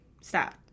stop